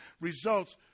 results